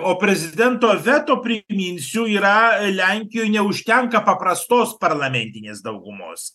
o prezidento veto priminsiu yra lenkijoj neužtenka paprastos parlamentinės daugumos